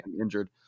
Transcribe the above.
injured